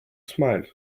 smiles